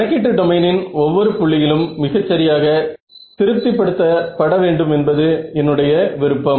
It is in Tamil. கணக்கீட்டு டொமைனின் ஒவ்வொரு புள்ளியிலும் மிகச் சரியாக திருப்தி படுத்த பட வேண்டும் என்பது என்னுடைய விருப்பம்